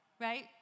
right